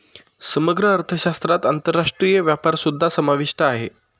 समग्र अर्थशास्त्रात आंतरराष्ट्रीय व्यापारसुद्धा समाविष्ट आहे